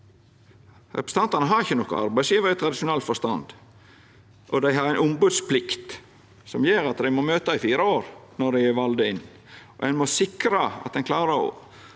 Representantane har ikkje nokon arbeidsgjevar i tradisjonell forstand, og dei har ei ombodsplikt som gjer at dei må møta i fire år når dei er valde inn. Ein må sikra at ein klarer å